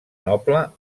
noble